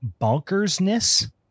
bonkersness